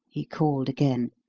he called again.